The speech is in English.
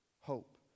hope